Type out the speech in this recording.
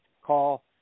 call